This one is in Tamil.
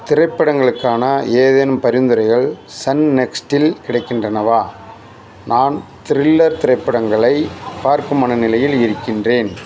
திரைப்படங்களுக்கான ஏதேனும் பரிந்துரைகள் சன் நெக்ஸ்ட்டில் கிடைக்கின்றனவா நான் த்ரில்லர் திரைப்படங்களை பார்க்கும் மனநிலையில் இருக்கின்றேன்